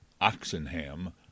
Oxenham